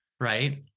Right